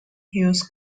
hills